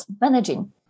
managing